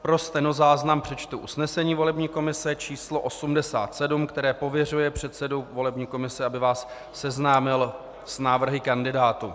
Pro stenozáznam přečtu usnesení volební komise číslo 87, které pověřuje předsedu volební komise, aby vás seznámil s návrhy kandidátů.